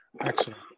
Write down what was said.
Excellent